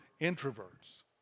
introverts